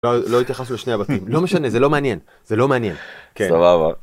לא התייחסנו לשני הבתים. לא משנה, זה לא מעניין, זה לא מעניין. סבבה.